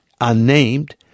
unnamed